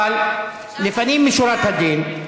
אבל לפנים משורת הדין,